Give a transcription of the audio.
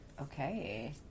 Okay